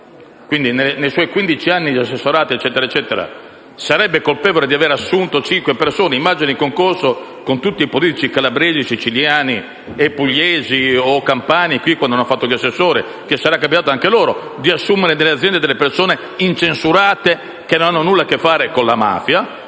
Quindi, nei suoi quindici anni di assessorato e quant'altro, sarebbe colpevole di avere assunto cinque persone, immagino in concorso con tutti i politici calabresi, siciliani, pugliesi o campani, perché quando hanno fatto gli assessori, sarà capitato anche a loro di assumere nelle aziende delle persone incensurate, che nulla hanno a che fare con la mafia.